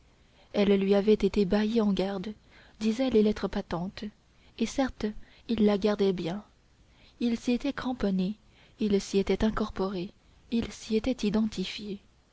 elle lui avait été baillée en garde disaient les lettres patentes et certes il la gardait bien il s'y était cramponné il s'y était incorporé il s'y était identifié